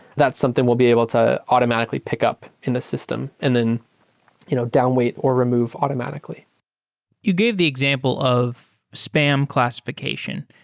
that's something we'll be able to automatically pick up in the system and then you know down weight or remove automatically you gave the example of spam classification,